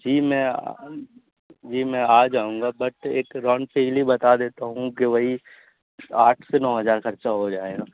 جی میں جی میں آ جاؤں گا بٹ ایک راؤنڈ فجلی بتا دیتا ہوں کہ وہی آٹھ سے نو ہجار خرچہ ہو جائے گا